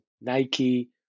Nike